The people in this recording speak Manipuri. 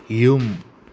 ꯌꯨꯝ